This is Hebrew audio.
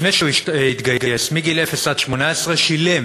לפני שהוא התגייס, מגיל אפס ועד 18, שילם,